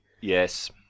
yes